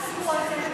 בתי-המשפט אסרו על זה,